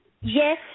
yes